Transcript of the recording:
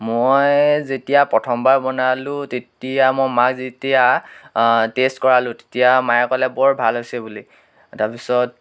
মই যেতিয়া প্ৰথমবাৰ বনালোঁ তেতিয়া মই মাক যেতিয়া টেষ্ট কৰালোঁ তেতিয়া মায়ে ক'লে বৰ ভাল হৈছে বুলি তাৰপিছত